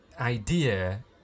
idea